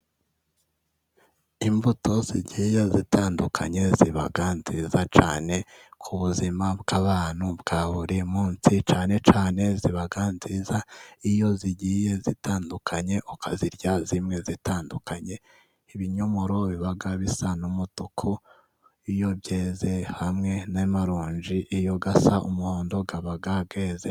Imbuto zigiye zitandukanye ziba nziza cyane ku buzima bw'abantu bwa buri munsi cyane cyane ziba nziza iyo zigiye zitandukanye ukazirya zimwe zitandukanye. Ibinyomoro biba bisa n'umutuku iyo byeze hamwe n'amaronji iyo asa umuhondo aba yeze.